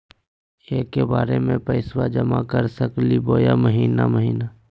एके बार पैस्बा जमा कर सकली बोया महीने महीने?